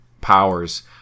powers